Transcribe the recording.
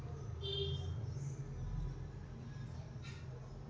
ಹಣಕಾಸಿನ್ಯಾಗ ಯಾವ್ಯಾವ್ ಕೆಲ್ಸ ಸಿಕ್ತಾವ